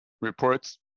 reports